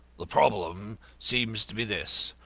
the problem seems to be this.